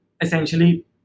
essentially